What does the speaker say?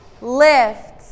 lift